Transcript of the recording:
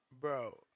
Bro